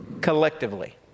collectively